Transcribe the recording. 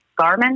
Garmin